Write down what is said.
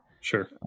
Sure